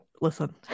listen